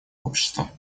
общества